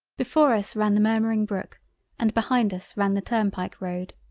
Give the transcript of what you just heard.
before us ran the murmuring brook and behind us ran the turn-pike road.